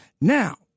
Now